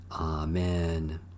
Amen